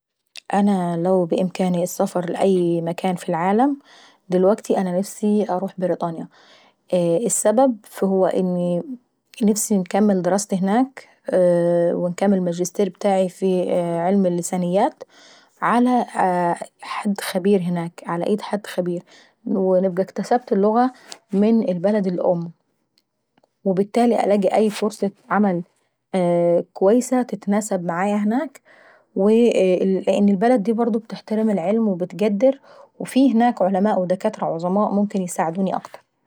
انا لو بامكاني السفر لاي مكان في العالم. دلوكتي انا نفسي نروح برطانيي. السبب هو اني نفسي انكمل دراستي هناك ونفسي انكمل الماجستير ابتاعي في علم اللسانيات. على ايد حد خبير هناك ونبقى اكتستب اللغة من البلد الام. وبالتالي نلاقي أي فرصة عمل اكويسة تتناسب معايا هناك ولان البلد دي برضو بتحترم العلم وبتقدر وفي هناك دكاترة وعلماء عظماء ممكن ايساعدوني اكتر.